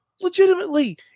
legitimately